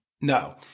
No